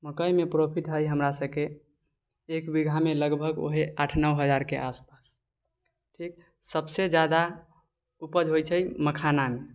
मकइमे प्रॉफिट हइ हमरासबके एक बीघामे लगभग ओहे आठ नओ हजारके आसपास ठीक सबसँ ज्यादा उपज होइ छै मखानामे